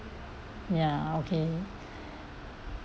ya okay